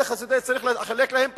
אלה חסידים, צריך לחלק להם פרסים,